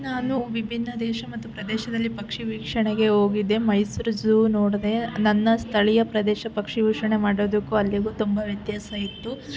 ನಾನು ವಿಭಿನ್ನ ದೇಶ ಮತ್ತು ಪ್ರದೇಶದಲ್ಲಿ ಪಕ್ಷಿ ವೀಕ್ಷಣೆಗೆ ಹೋಗಿದ್ದೆ ಮೈಸೂರು ಝೂ ನೋಡಿದೆ ನನ್ನ ಸ್ಥಳೀಯ ಪ್ರದೇಶ ಪಕ್ಷಿ ವೀಕ್ಷಣೆ ಮಾಡೋದಕ್ಕು ಅಲ್ಲಿಗೂ ತುಂಬ ವ್ಯತ್ಯಾಸ ಇತ್ತು